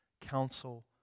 counsel